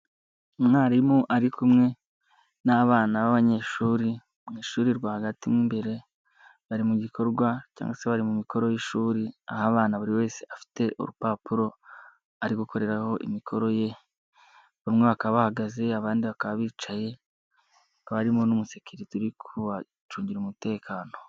Umwarimu ari kumwe n'abana b'abanyeshuri mu ishuri rwagati mo imbere, bari mu gikorwa cy'amashuriri mu mikoro y'ishuri, aha abana buri wese afite urupapuro ari gukoreraho imikoro ye, bamwe bakaba bahagaze abandi bakaba bicaye, hakaba harimo n'umusekiri uri kubacungira umutekano.